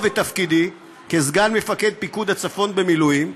את תפקידי כסגן מפקד פיקוד הצפון במילואים,